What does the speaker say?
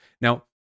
Now